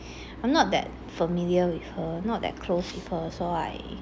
I'm not that familiar with her not that close with her so I